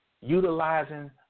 utilizing